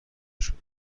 شده